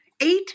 Eight